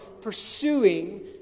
pursuing